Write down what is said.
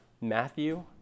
Matthew